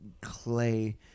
clay